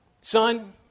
Son